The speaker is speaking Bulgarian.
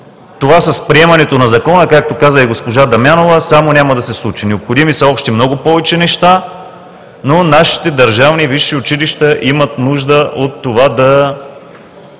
Това с приемането на Закона, както каза и госпожа Дамянова, самó няма да се случи. Необходими са още много повече неща, но нашите държавни висши училища имат нужда от това да